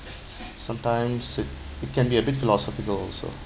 sometimes it it can be a bit philosophical also